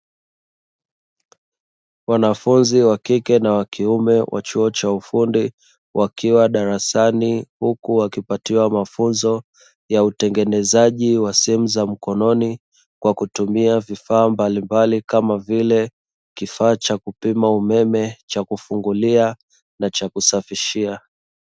Wanafunzi wa kike na wakiume wa chuo cha ufundi wakiwa darasani huku wakipatiwa mafunzo ya utengenezaji wa simu za mkononi kwa kutumia vifaa mbalimbali kama vile kifaa cha kupima umeme, cha kufungulia na cha kusafishia.